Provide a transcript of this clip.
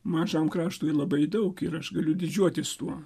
mažam kraštui labai daug ir aš galiu didžiuotis tuo